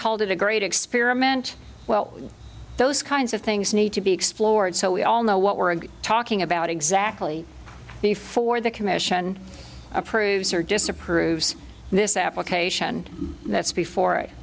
called it a great experiment well those kinds of things need to be explored so we all know what we're talking about exactly before the commission approves or disapproves this application that's before i